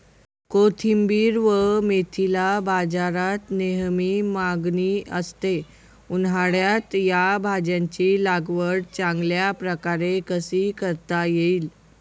कोथिंबिर व मेथीला बाजारात नेहमी मागणी असते, उन्हाळ्यात या भाज्यांची लागवड चांगल्या प्रकारे कशी करता येईल?